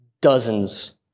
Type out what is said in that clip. dozens